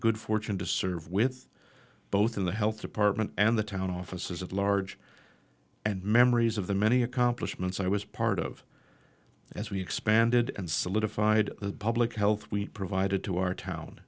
good fortune to serve with both in the health department and the town offices at large and memories of the many accomplishments i was part of as we expanded and solidified the public health we provided to our town